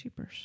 Cheapers